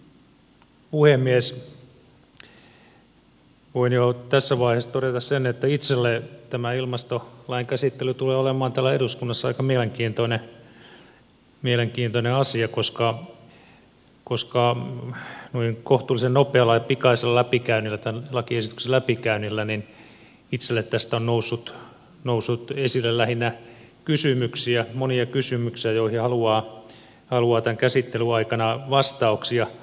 voin jo tässä vaiheessa todeta sen että itselleni tämä ilmastolain käsittely tulee olemaan täällä eduskunnassa aika mielenkiintoinen asia koska noin kohtuullisen nopealla ja pikaisella tämän lakiesityksen läpikäynnillä itselleni tästä on noussut esille lähinnä kysymyksiä monia kysymyksiä joihin haluan tämän käsittelyn aikana vastauksia